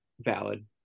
Valid